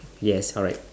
yes alright